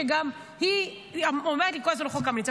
גם היא אומרת לי כל הזמן על חוק קמיניץ,